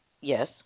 Yes